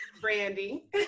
Brandy